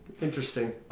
Interesting